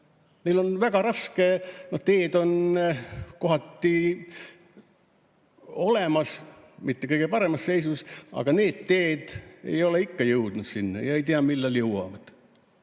neil on väga raske. No teed on kohati olemas, mitte kõige paremas seisus, aga need teed ei ole ikka jõudnud sinna, ei tea ka, millal jõuavad.